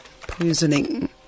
poisoning